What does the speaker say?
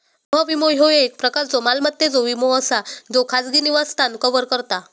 गृह विमो, ह्यो एक प्रकारचो मालमत्तेचो विमो असा ज्यो खाजगी निवासस्थान कव्हर करता